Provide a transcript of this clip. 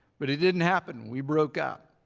but it didn't happen. we broke up.